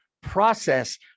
process